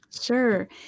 Sure